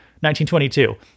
1922